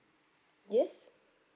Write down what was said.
yes